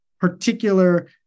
particular